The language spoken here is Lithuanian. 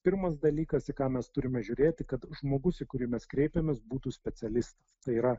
pirmas dalykas į ką mes turime žiūrėti kad žmogus į kurį mes kreipėmės būtų specialistas tai yra